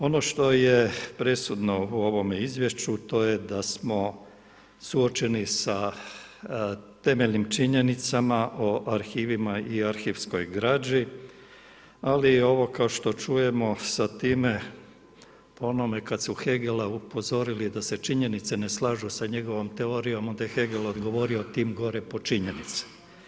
Ono što je presudno u ovome izvješću, to je da smo suočeni sa temeljnim činjenicama o arhivima i arhivskog građi, ali je ovo kao što čujemo sa time po onome kada su Hegela upozorili da se činjenice ne slažu sa njegovom teorijom, onda je Hegel odgovorio tim gore po činjenice.